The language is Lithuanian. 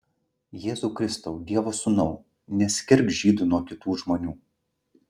jėzau kristau dievo sūnau neskirk žydų nuo kitų žmonių